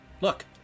Look